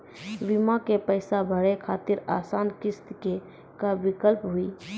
बीमा के पैसा भरे खातिर आसान किस्त के का विकल्प हुई?